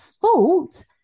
fault